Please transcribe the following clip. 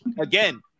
again